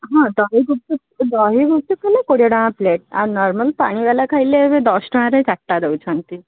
ହଁ ଦହି ଗୁପଚୁପ୍ ଦହି ଗୁପଚୁପ୍ ହେଲେ କୋଡ଼ିଏ ଟଙ୍କା ଗୋଟେ ପ୍ଲେଟ୍ ଆଉ ନର୍ମାଲ୍ ପାଣି ବାଲା ଖାଇଲେ ବି ଏବେ ଦଶଟଙ୍କାରେ ଚାରିଟା ଦେଉଛନ୍ତି